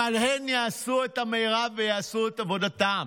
אבל הן יעשו את המרב ויעשו את עבודתן.